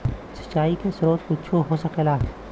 सिंचाइ के स्रोत कुच्छो हो सकेला